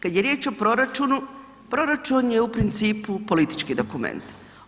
Kad je riječ o proračunu, proračun je u principu politički dokument.